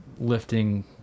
lifting